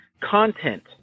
content